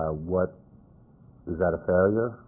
ah what is that a failure,